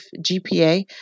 GPA